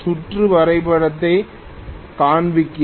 சுற்று வரைபடத்தையும் காண்பிக்கிறேன்